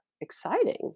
exciting